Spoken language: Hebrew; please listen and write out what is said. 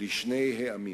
לשני העמים.